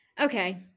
Okay